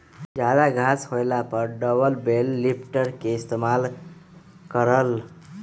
जादा घास होएला पर डबल बेल लिफ्टर के इस्तेमाल कर ल